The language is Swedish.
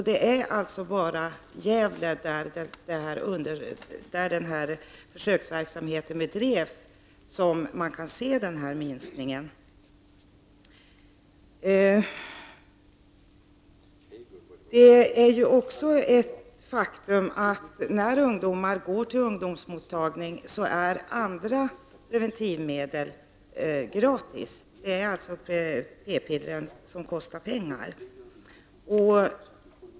Det är alltså bara i Gävle, där den här försöksverksamheten bedrevs, som man kan se en minskning. Det är ett faktum att andra preventivmedel är gratis när ungdomar går till ungdomsmottagningen. Det är bara p-pillren som kostar pengar.